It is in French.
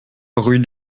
rue